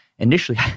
Initially